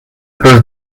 pose